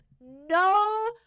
no